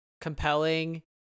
compelling